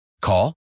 Call